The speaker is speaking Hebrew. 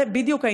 בדיוק.